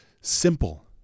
simple